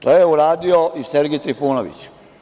To je uradio i Sergej Trifunović.